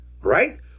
right